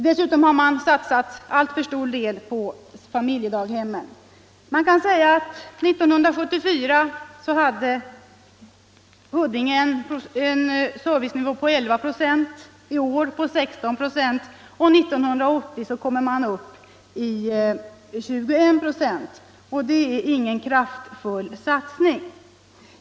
Dessutom satsar man alltför stor del på familjedaghemmen. 1974 hade Huddinge en servicenivå på 11 96 och i år på 16 96. 1980 kommer man upp till en nivå på 21 94. Det är ingen kraftfull satsning.